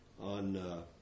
on